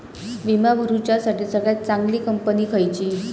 विमा भरुच्यासाठी सगळयात चागंली कंपनी खयची?